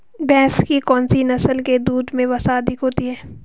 भैंस की कौनसी नस्ल के दूध में वसा अधिक होती है?